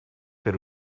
per